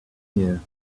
here